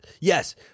Yes